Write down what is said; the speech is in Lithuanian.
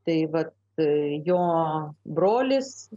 tai vat jo brolis